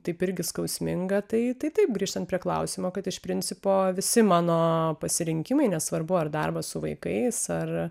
taip irgi skausminga tai tai taip grįžtant prie klausimo kad iš principo visi mano pasirinkimai nesvarbu ar darbas su vaikais ar